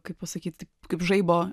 kaip pasakyt kaip žaibo